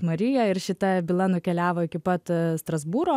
marija ir šita byla nukeliavo iki pat strasbūro